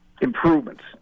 improvements